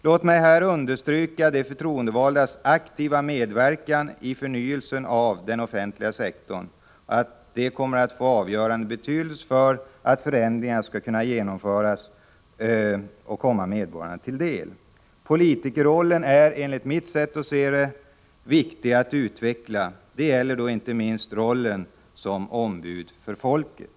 Låt mig här understryka vikten av de förtroendevaldas aktiva medverkan i förnyelsen av den offentliga sektorn och att denna medverkan kommer att få avgörande betydelse för att förändringarna skall kunna genomföras och komma medborgarna till del. Politikerrollen är enligt mitt sätt att se viktig att utveckla. Det gäller inte minst rollen som ombud för folket.